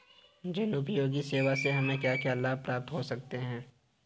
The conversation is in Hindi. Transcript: जनोपयोगी सेवा से हमें क्या क्या लाभ प्राप्त हो सकते हैं?